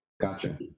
Gotcha